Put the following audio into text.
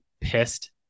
pissed